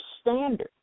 standard